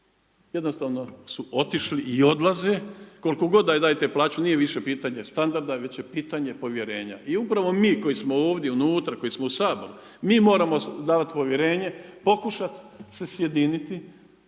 Jednostavno su otišli i odlaze koliko god da im dajete plaću nije više pitanje standarda, već je pitanje povjerenja. I upravo mi koji smo ovdje unutra koji smo u Saboru mi moramo davati povjerenje, pokušati se sjediniti,